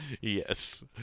yes